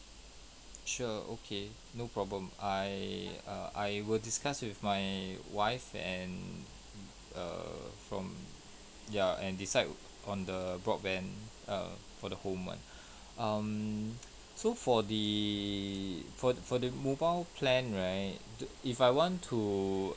sure okay no problem I err I will discuss with my wife and err from ya and decide on the broadband err for the home one um so for the for for the mobile plan right if I want to